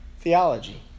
theology